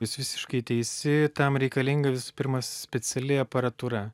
jūs visiškai teisi tam reikalinga visų pirma speciali aparatūra